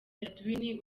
perraudin